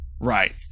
Right